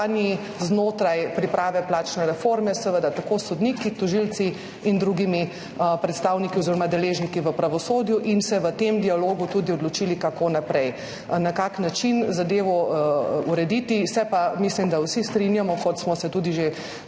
znotraj priprave plačne reforme, seveda s sodniki, tožilci in drugimi predstavniki oziroma deležniki v pravosodju, in se v tem dialogu tudi odločili, kako naprej, na kakšen način zadevo urediti. Se pa, mislim, da vsi, strinjamo, kot smo se tudi že